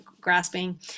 grasping